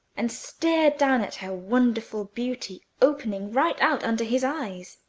and stared down at her wonderful beauty opening right out under his eyes.